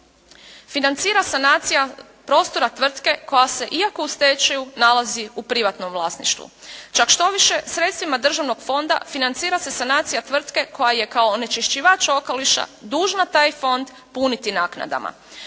financira sanacija prostora tvrtke koja se iako u stečaju nalazi u privatnom vlasništvu. Čak što više, sredstvima državnog fonda financira se sanacija tvrtke koja je kao onečišćivač okoliša dužna taj fond puniti naknadama.